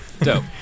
Dope